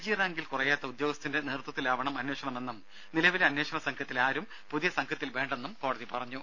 G റാങ്കിൽ കുറയാത്ത ഉദ്യോഗസ്ഥന്റെ നേതൃത്വത്തിലാവണം അന്വേഷണമെന്നും നിലവിലെ അന്വേഷണ സംഘത്തിലെ ആരും പുതിയ സംഘത്തിൽ വേണ്ടെന്നും കോടതി പറഞ്ഞു